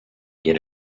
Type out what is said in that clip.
get